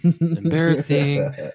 Embarrassing